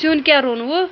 سیُن کیٛاہ روٚنوُ